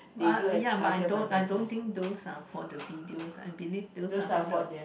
!wah! ya but I don't I don't think those are for the videos I believe those are for the